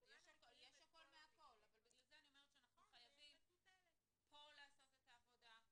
יש הכול מהכול אבל בגלל זה אני אומרת שאנחנו חייבים פה לעשות את העבודה,